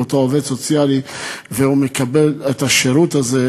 אותו עובד סוציאלי והוא מקבל את השירות הזה.